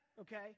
okay